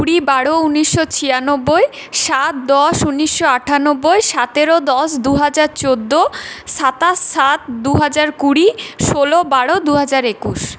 কুড়ি বারো উনিশশো ছিয়ানব্বই সাত দশ উনিশশো আটানব্বই সাতেরো দশ দু হাজার চোদ্দ সাতাশ সাত দু হাজার কুড়ি ষোলো বারো দু হাজার একুশ